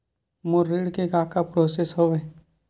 मोर ऋण के का का प्रोसेस हवय?